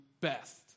best